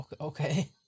Okay